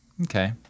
Okay